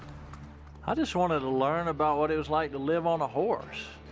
i just wanted to learn about what it was like to live on a horse,